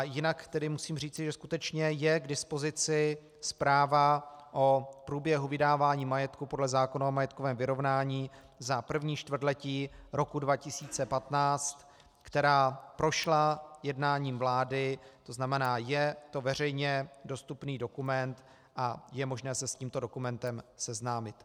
Jinak tedy musím říci, že skutečně je k dispozici zpráva o průběhu vydávání majetku podle zákona o majetkovém vyrovnání za první čtvrtletí roku 2015, která prošla jednáním vlády, to znamená je to veřejně dostupný dokument a je možné se s tímto dokumentem seznámit.